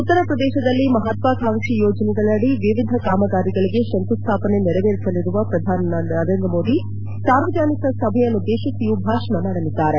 ಉತ್ತರಪ್ರದೇಶದಲ್ಲಿ ಮಹಾತ್ವಕಾಂಕ್ಷಿ ಯೋಜನೆಗಳಡಿ ವಿವಿಧ ಕಾಮಗಾರಿಗಳಿಗೆ ಶಂಕುಸ್ಥಾಪನೆ ನೆರವೇರಿಸಲಿರುವ ನರೇಂದ್ರ ಮೋದಿ ಅವರು ಸಾರ್ವಜನಿಕ ಸಭೆಯನ್ನುದ್ದೇಶಿಸಿಯೂ ಭಾಷಣ ಮಾಡಲಿದ್ದಾರೆ